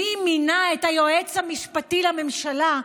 מי מינה את היועץ המשפטי לממשלה,